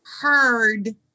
heard